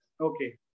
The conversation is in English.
Okay